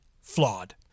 flawed